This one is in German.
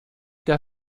der